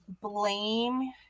blame